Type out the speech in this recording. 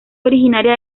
originaria